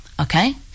okay